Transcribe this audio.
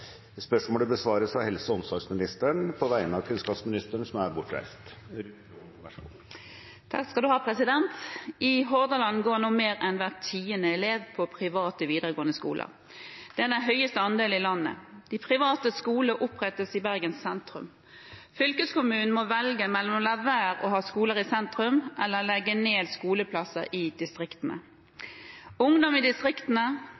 av helse- og omsorgsministeren på vegne av kunnskapsministeren, som er bortreist. «I Hordaland går nå mer enn hver tiende elev på privat videregående skole. Det er den høyeste andelen i landet. De private skolene opprettes i Bergen sentrum. Fylkeskommunen må velge mellom å la være å ha skoler i sentrum eller legge ned skoleplasser i distriktene. Ungdom i distriktene,